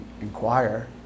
inquire